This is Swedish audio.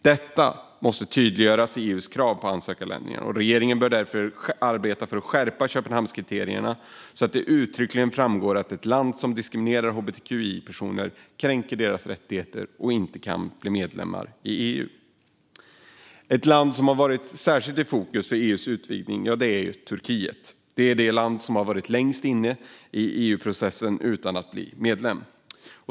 Detta måste tydliggöras i EU:s krav på ansökarländerna. Regeringen bör därför arbeta för att skärpa Köpenhamnskriterierna så att det uttryckligen framgår att ett land som diskriminerar hbtqi-personer och kränker deras rättigheter inte kan bli medlem i EU. Ett land som varit särskilt i fokus för EU:s utvidgning är Turkiet. Det är det land som varit längst inne i EU-processen utan att bli medlem.